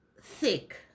thick